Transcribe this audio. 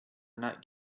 not